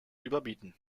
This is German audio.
überbieten